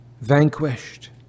vanquished